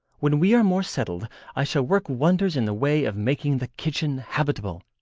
when we are more settled i shall work wonders in the way of making the kitchen habitable,